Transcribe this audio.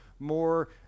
more